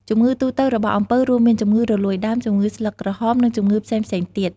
ជំងឺទូទៅរបស់អំពៅរួមមាន ជំងឺរលួយដើម ជំងឺស្លឹកក្រហម និងជំងឺផ្សេងៗទៀត។